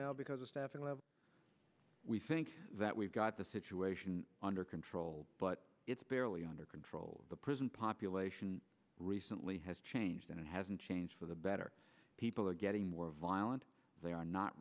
am because of staffing level we think that we've got the situation under control but it's barely under control the prison population recently has changed and it hasn't changed for the better people are getting more violent they are not